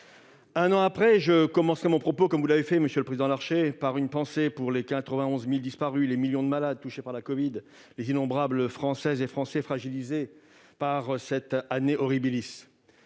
Un an après, je commencerai mon propos, comme vous l'avez fait, monsieur le président, par une pensée pour les 91 000 disparus, les millions de malades touchés par la covid-19 et les innombrables Françaises et Français fragilisés par cet. Il